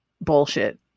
bullshit